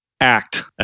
act